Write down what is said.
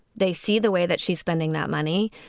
they see the way that she's spending that money.